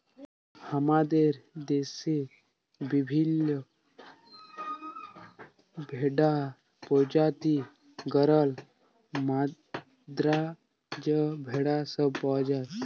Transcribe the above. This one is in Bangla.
হামাদের দশেত বিভিল্য ভেড়ার প্রজাতি গরল, মাদ্রাজ ভেড়া সব পাওয়া যায়